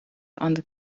and